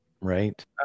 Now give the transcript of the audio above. Right